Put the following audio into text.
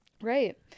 Right